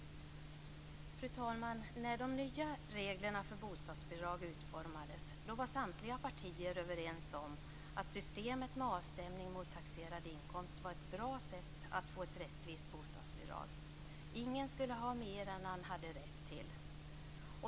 Fru talman! När de nya reglerna för bostadsbidrag utformades var samtliga partier överens om att systemet med avstämning mot taxerad inkomst var ett bra sätt att få ett rättvist bostadsbidrag. Ingen skulle ha mer än han hade rätt till.